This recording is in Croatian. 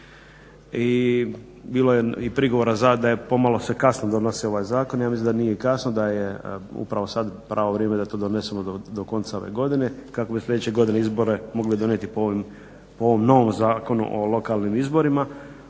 I bilo je i prigovora za da je pomalo se kasno donosi ovaj zakon. Ja mislim da nije kasno, da je upravo sad pravo vrijeme da to donesemo do konca ove godine kako bi sljedeće godine izbore mogli donijeti po ovom novom Zakonu o lokalnim izborima.